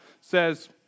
says